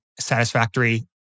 satisfactory